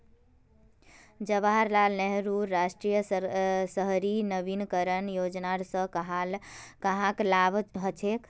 जवाहर लाल नेहरूर राष्ट्रीय शहरी नवीकरण योजनार स कहाक लाभ हछेक